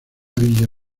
villa